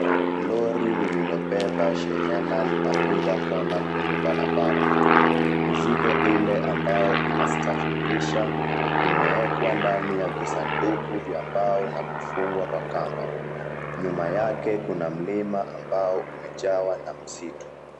Lori lililobeba shehena linapiga kona kwenye barabara. Mizigo ile ambao inasafirisha, imeekwa ndani ya visanduku vya mbao na kufungwa kwa kamba. Nyuma yake kuna mlima ambao umejawa na misitu.